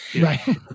right